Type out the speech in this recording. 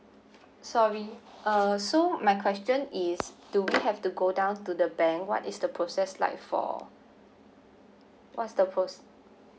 sorry uh so my question is do we have to go down to the bank what is the process like for what's the pro~